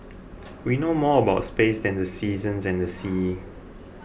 we know more about space than the seasons and the seas